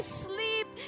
sleep